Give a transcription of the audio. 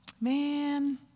man